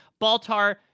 Baltar